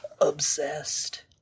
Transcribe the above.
Obsessed